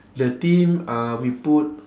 the theme uh we put